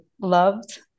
loved